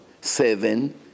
seven